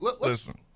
listen